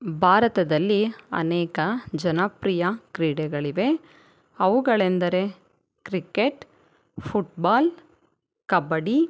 ಭಾರತದಲ್ಲಿ ಅನೇಕ ಜನಪ್ರಿಯ ಕ್ರೀಡೆಗಳಿವೆ ಅವುಗಳೆಂದರೆ ಕ್ರಿಕೆಟ್ ಫುಟ್ಬಾಲ್ ಕಬಡ್ಡಿ